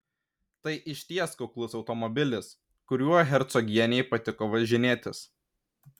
tai išties kuklus automobilis kuriuo hercogienei patiko važinėtis